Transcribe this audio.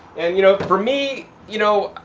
and you know, for me, you know,